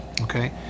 okay